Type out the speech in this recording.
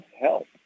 help